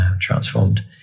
transformed